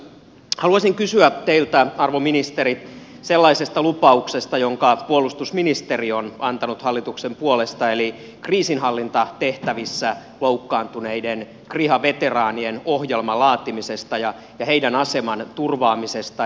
haluaisin kysyä teiltä arvon ministeri sellaisesta lupauksesta jonka puolustusministeri on antanut hallituksen puolesta eli kriisinhallintatehtävissä loukkaantuneiden kriha veteraanien ohjelman laatimisesta ja heidän asemansa turvaamisesta